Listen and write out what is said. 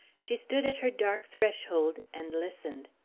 she stood at her dark threshold, and listened.